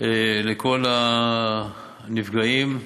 לכל הנפגעים.